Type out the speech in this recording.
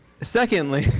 secondly,